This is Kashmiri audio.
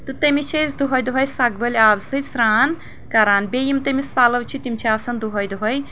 تہٕ تٔمِس چھِ أسۍ دۄہٕے دۄہٕے سۄکبٕلۍ آبہٕ سۭتۍ سرٛان کران تہٕ بیٚیہِ یِم تٔمِس پلوچھِ تِم چھِ آسان دۄہٕے دۄہٕے